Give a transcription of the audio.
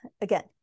again